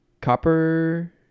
Copper